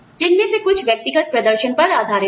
जिनमें से कुछ व्यक्तिगत प्रदर्शन पर आधारित हैं